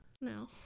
no